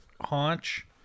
haunch